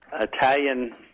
italian